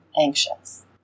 anxious